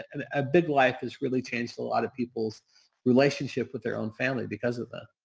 and a big life has really changed a lot of people's relationship with their own family because of ah